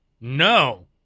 No